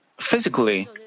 physically